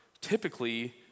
typically